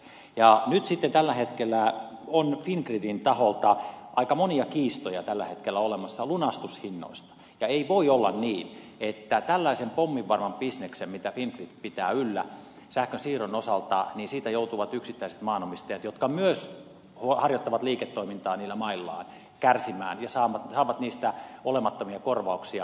nyt sitten tällä hetkellä on fingridin taholta aika monia kiistoja olemassa lunastushinnoista ja ei voi olla niin että tällaisesta pomminvarmasta bisneksestä mitä fingrid pitää yllä sähkönsiirron osalta joutuvat yksittäiset maanomistajat jotka myös harjoittavat liiketoimintaa niillä maillaan kärsimään ja saavat niistä olemattomia korvauksia